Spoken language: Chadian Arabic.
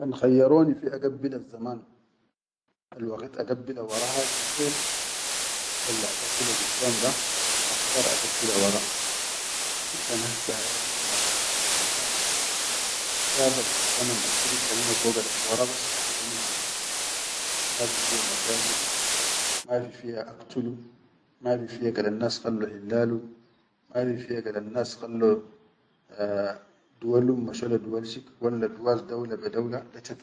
Kan khayyaroni fi agabbilazzamaan alwaqit agabbila wara hadi akher walla agabbila giddam da, bakhtar agabbila wara, finshan hass zamannal masshin fiya da kan nam shafal alzaman al anina foga da alwara bas ahila min hana hassa, mafi fiya mashakil, mafi fiya aktula mafi fiya gal annas khallo hellalum, mafi fiya gal annas khallo duwalum masho le duwal shik, walla duwas dawla be dawla.